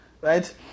Right